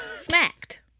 smacked